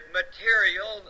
material